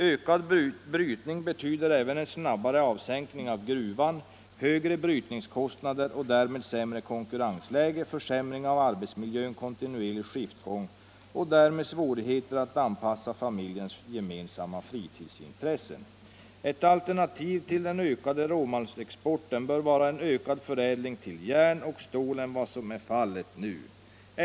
Ökad brytning betyder även en snabbare avsänkning av gruvan, högre brytningskostnader och därmed sämre konkurrensläge, försämring av arbetsmiljön, kontinuerlig skiftgång och därmed svårigheter att anpassa familjens gemensamma fritidsintressen. Ett alternativ till den ökade råmalmsexporten bör vara en ökad förädling till järn och stål än vad som är fallet nu.